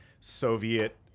Soviet